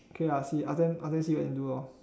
okay lah see ask them ask them see whether can do lor